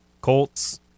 Colts